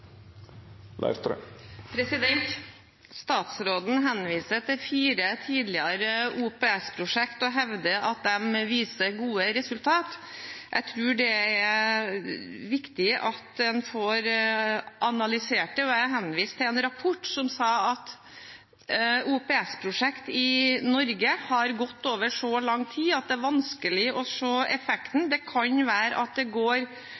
prosjektene. Statsråden henviser til fire tidligere OPS-prosjekter og hevder at de viser gode resultater. Jeg tror det er viktig at en får analysert det, og jeg henviste til en rapport som sier at OPS-prosjekter i Norge har gått over så lang tid at det er vanskelig å se effekten. Det kan være at det går